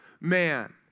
man